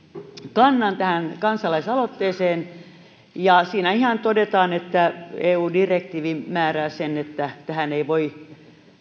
kannan tähän kansalaisaloitteeseen siinä ihan todetaan että eu direktiivi määrää sen että tähän ei voi